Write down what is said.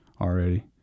already